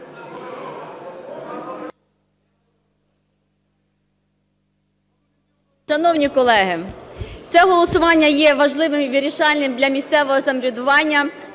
Шановні колеги, це голосування є важливим і вирішальним для місцевого самоврядування